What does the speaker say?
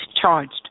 charged